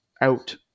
out